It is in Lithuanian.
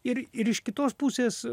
ir ir iš kitos pusės